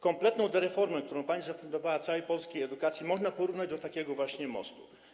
Kompletną dereformę, którą pani zafundowała całej polskiej edukacji, można porównać do takiego właśnie mostu.